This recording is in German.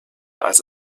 als